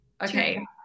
Okay